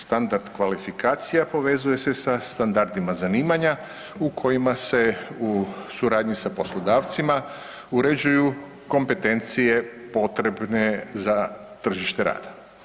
Standard kvalifikacija povezuje se sa standardima zanimanja u kojima se u suradnji sa poslodavcima uređuju kompetencije potrebne za tržište rada.